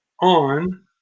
On